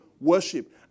Worship